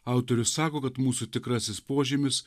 autorius sako kad mūsų tikrasis požymis